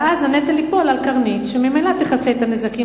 ואז הנטל ייפול על "קרנית", שממילא תכסה את הנזקים